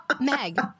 Meg